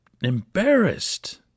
embarrassed